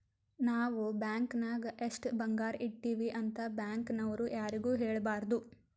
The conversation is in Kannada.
ನಾವ್ ಬ್ಯಾಂಕ್ ನಾಗ್ ಎಷ್ಟ ಬಂಗಾರ ಇಟ್ಟಿವಿ ಅಂತ್ ಬ್ಯಾಂಕ್ ನವ್ರು ಯಾರಿಗೂ ಹೇಳಬಾರ್ದು